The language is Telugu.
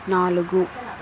నాలుగు